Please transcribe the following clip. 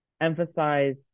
emphasize